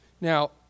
Now